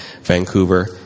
Vancouver